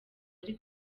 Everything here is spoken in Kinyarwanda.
ari